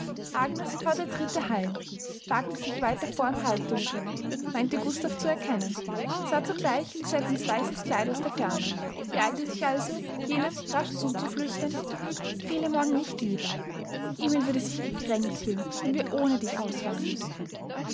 hörte tritte hallen wagte sich weiter vor im halbdunkel meinte gustav zu erkennen sah zugleich lisettens weißes kleid aus der ferne beeilte sich also jenem rasch zuzuflüstern fehle morgen nicht lieber emil würde sich gekränkt fühlen wenn wir ohne dich ausfahren müßten